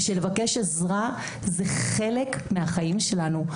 ולבקש עזרה זה חלק מהחיים שלנו.